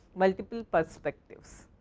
multiple perspectives.